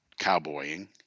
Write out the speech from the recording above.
cowboying